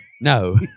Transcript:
no